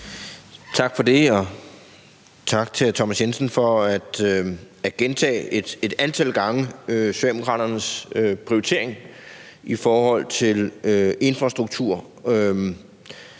Tak for det. Og tak til hr. Thomas Jensen for at gentage Socialdemokraternes prioritering i forhold til infrastruktur